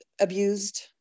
abused